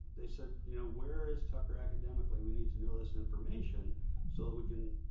they said, you know, where is tucker academically, we need to know this information so that we can